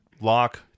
lock